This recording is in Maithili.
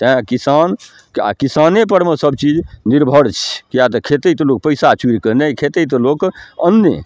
तैं किसान आ किसाने परमे सबचीज निर्भर छै किए तऽ खेतै तऽ लोक पैसा चूरि कऽ नहि खेतै त लोक अन्ने